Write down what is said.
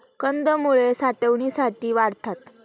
कंदमुळं साठवणीसाठी वाढतात